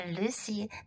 Lucy